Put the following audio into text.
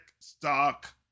stock